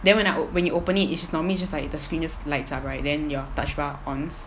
then when I op~ when you open it is normally just like the screen just lights up right then your touch bar ons